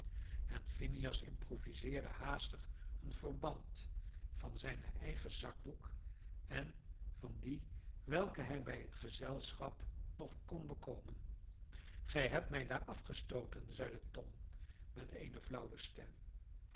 en phineas improviseerde haastig een verband van zijn eigen zakdoek en van die welke hij bij het gezelschap nog kon bekomen gij hebt mij daar afgestooten zeide tom met eene flauwe stem